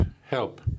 help